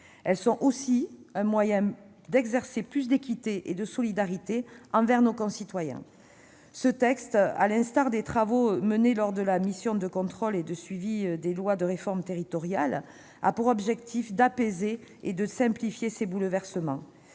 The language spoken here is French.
Elles sont un moyen d'exercer plus d'équité et de solidarité envers nos concitoyens. Ce texte, à l'instar des travaux menés lors de la mission de contrôle et de suivi des lois de réforme territoriale de la commission des lois du Sénat, a pour objectif d'apaiser et de simplifier ces bouleversements.